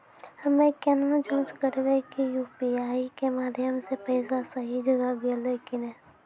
हम्मय केना जाँच करबै की यु.पी.आई के माध्यम से पैसा सही जगह गेलै की नैय?